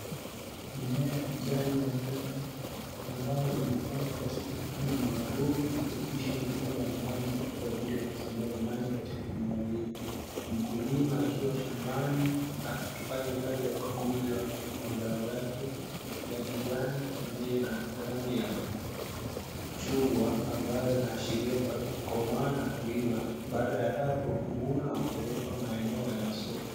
Mimea ya kijani ya nyanya ambayo imepandwa katika mfumo maalumu wa kupitisha mabomba ya maji kwa ajili ya kusambaza maji katika mimea hiyo. Mkulima akiwa shambani akifanya kazi ya ukaguzi wa mazao yake ya kijani pamoja na rangi ya chungwa, ambayo yanaashiria kuanza kukomaa na kuliwa. Baada ya hapo huvunwa na kupelekwa maeneo ya masoko.